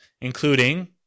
including